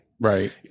Right